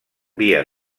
via